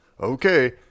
okay